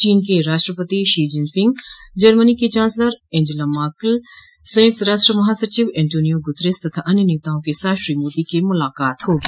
चीन के राष्ट्रपति षी जिनफिंग जर्मनी की चांसलर एंजला मार्केल संयुक्त राष्ट्र महासविच एन्टोनियो गुत्रेस तथा अन्य नेताओं के साथ श्री मोदी की मुलाकात होगी